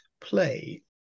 play